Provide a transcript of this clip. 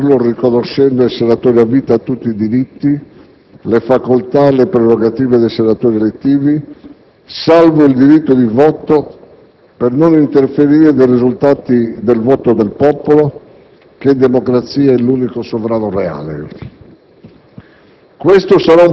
o anche riformarlo, riconoscendo ai senatori a vita tutti i diritti, le facoltà e le prerogative dei senatori elettivi, salvo il diritto di voto, per non interferire nei risultati del voto del popolo, che in democrazia è l'unico "sovrano reale".